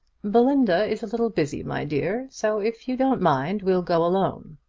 belinda is a little busy, my dear. so, if you don't mind, we'll go alone.